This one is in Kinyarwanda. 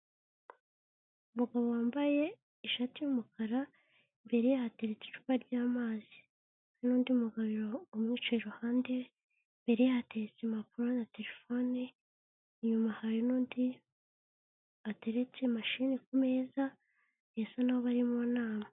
Umugabo wambaye ishati y'umukara, imbere ye hatereka icupa ry'amazi. N'undi mugabo umwicaye iruhande, imbere ye hatetse impapuro na telefone. Inyuma hari n'undi ateretse mashini ku meza, ndetse bisa nk'aho bari mu nama.